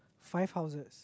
five houses